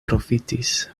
profitis